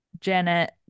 Janet